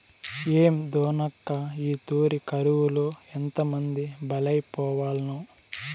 ఏందోనక్కా, ఈ తూరి కరువులో ఎంతమంది బలైపోవాల్నో